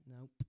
Nope